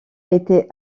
été